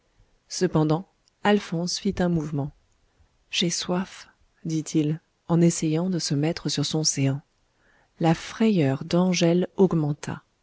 cependant alphonse fit un mouvement j'ai soif dit-il en essayant de se mettre sur son séant la frayeur d'angèle